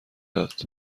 داد